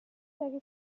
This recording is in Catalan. degué